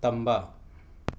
ꯇꯝꯕ